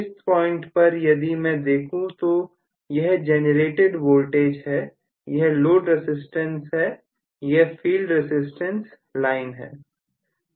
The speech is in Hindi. इस पॉइंट पर यदि मैं देखूं तो यह जेनरेटेड वोल्टेज है यह लोड रसिस्टेंस है यह फील्ड रसिस्टेंस लाइन है